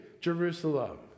Jerusalem